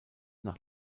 nach